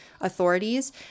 authorities